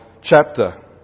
chapter